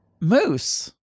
Moose